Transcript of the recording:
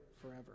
forever